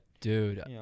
Dude